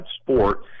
sport